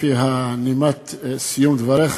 לפי נימת סיום דבריך,